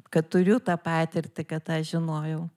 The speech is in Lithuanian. kad turiu tą patirtį kad tą žinojau